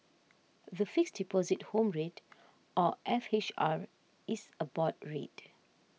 the Fixed Deposit Home Rate or F H R is a board rate